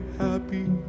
happy